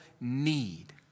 need